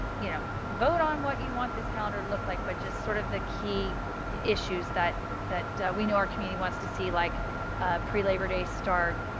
you know, vote on what you want this counter look like. but sort of the key issues that, that we know our community wants to see, like pre-labor day start.